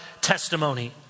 testimony